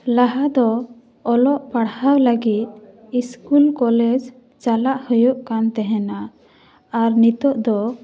ᱞᱟᱦᱟ ᱫᱚ ᱚᱞᱚᱜ ᱯᱟᱲᱦᱟᱣ ᱞᱟᱹᱜᱤᱫ ᱤᱥᱠᱩᱞ ᱠᱚᱞᱮᱡᱽ ᱪᱟᱞᱟᱜ ᱦᱩᱭᱩᱜ ᱠᱟᱱ ᱛᱮᱦᱮᱱᱟ ᱟᱨ ᱱᱤᱛᱚᱜ ᱫᱚ